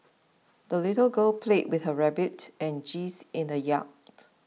the little girl played with her rabbit and geese in the yard